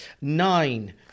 nine